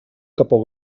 capó